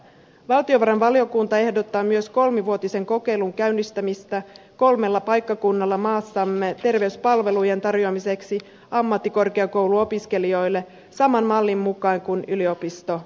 valtiovarainvaliokunta ehdottaa myös kolmivuotisen kokeilun käynnistämistä kolmella paikkakunnalla maassamme terveyspalvelujen tarjoamiseksi ammattikorkeakouluopiskelijoille saman mallin mukaan kuin yliopisto opiskelijoille